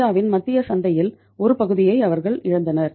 இந்தியாவின் மத்திய சந்தையின் ஒரு பகுதியை அவர்கள் இழந்தனர்